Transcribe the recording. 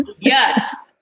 yes